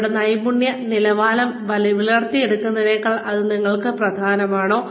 നിങ്ങളുടെ നൈപുണ്യ നിലവാരം വളർത്തിയെടുക്കുന്നതിനേക്കാൾ ഇത് നിങ്ങൾക്ക് പ്രധാനമാണോ